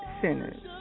sinners